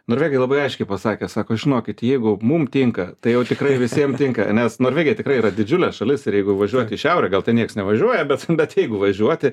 norvegai labai aiškiai pasakė sako žinokit jeigu mum tinka tai jau tikrai visiem tinka nes norvegija tikrai yra didžiulė šalis ir jeigu važiuot į šiaurę gal ten nieks nevažiuoja bet bet jeigu važiuoti